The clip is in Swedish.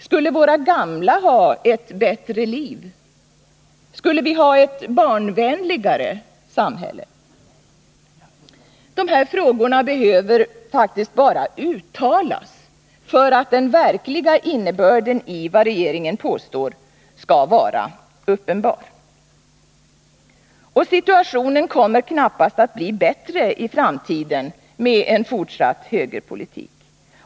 Skulle våra gamla ha ett bättre liv? Skulle vi ha ett barnvänligare samhälle? Dessa frågor behöver bara uttalas för att den verkliga innebörden i vad regeringen påstår skall vara uppenbar. Och situationen kommer knappast att bli bättre i framtiden med en fortsatt högerpolitik.